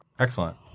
Excellent